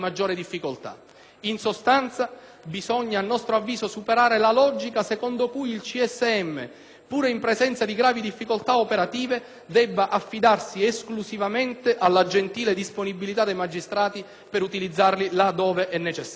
In sostanza, bisogna, a nostro avviso, superare la logica secondo cui il CSM, pur in presenza di gravi difficoltà operative, debba affidarsi esclusivamente alla gentile disponibilità dei magistrati per utilizzarli là dove è necessario.